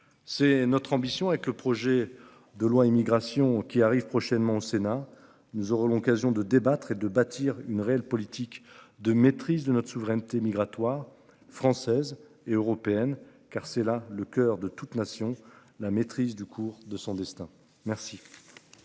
C'est notre ambition. Avec le projet de loi immigration qui arrive prochainement au Sénat, nous aurons l'occasion de débattre et de bâtir une réelle politique de maîtrise de notre souveraineté migratoire française et européenne car c'est là le coeur de toute nation la maîtrise du cours de son destin merci.